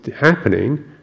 happening